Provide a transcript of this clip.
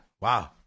Wow